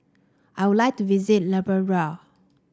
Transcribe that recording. I would like to visit Liberia